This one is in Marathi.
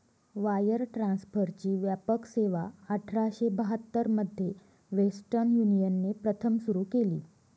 वायर ट्रान्सफरची व्यापक सेवाआठराशे बहात्तर मध्ये वेस्टर्न युनियनने प्रथम सुरू केली